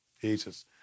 Jesus